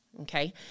okay